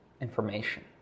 information